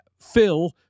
Phil